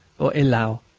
or eylau.